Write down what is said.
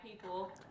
people